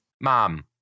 Mom